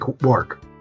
Work